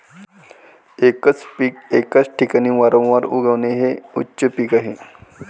एकच पीक एकाच ठिकाणी वारंवार उगवणे हे उच्च पीक आहे